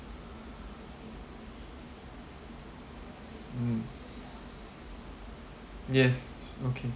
mm yes okay